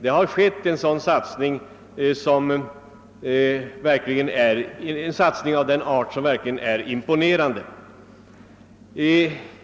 Det har skett en verkligen imponerande satsning på miljövården.